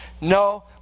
No